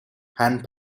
hand